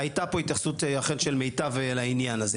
הייתה פה התייחסות אכן של מיטב לעניין הזה.